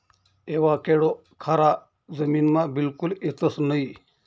avocado खारा जमीनमा बिलकुल येतंस नयी